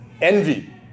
Envy